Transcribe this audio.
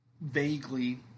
vaguely